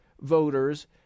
voters